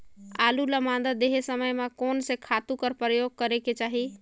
आलू ल मादा देहे समय म कोन से खातु कर प्रयोग करेके चाही?